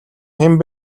хэн